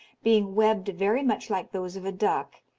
being webbed very much like those of a duck,